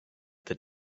the